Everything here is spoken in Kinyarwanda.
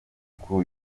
kuri